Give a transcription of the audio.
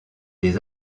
des